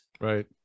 right